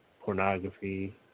pornography